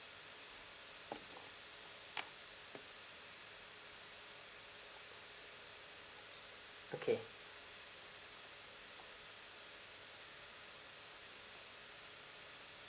okay